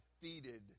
defeated